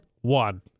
One